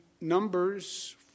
numbers